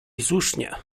słusznie